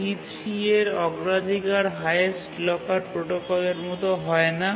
T3 এর অগ্রাধিকার highest locker প্রোটোকলের মতো হয় না